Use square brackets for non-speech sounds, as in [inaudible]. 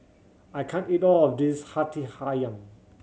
I can't eat all of this Hati [unintelligible]